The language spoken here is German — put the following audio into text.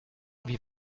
wie